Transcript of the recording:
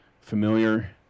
familiar